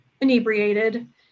inebriated